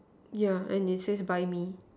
yeah and it says buy me